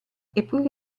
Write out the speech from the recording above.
eppure